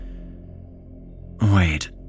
Wait